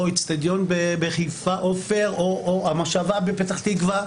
אצטדיון עופר בחיפה או המושבה בפתח תקווה.